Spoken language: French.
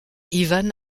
ivan